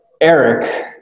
Eric